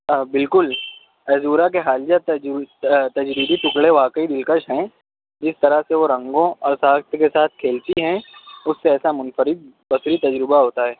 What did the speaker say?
بالکل عذورا کے حالیہ تجریدی ٹکڑے واقعی دلکش ہیں جس طرح سے وہ رنگوں اور ساخت کے ساتھ کھیلتی ہیں اس سے ایسا منفرد وسیع تجربہ ہوتا ہے